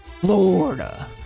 Florida